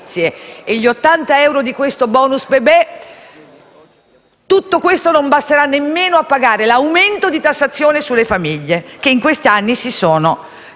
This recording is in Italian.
bebè non basteranno nemmeno a pagare l'aumento di tassazione sulle famiglie che in questi anni si è alimentato.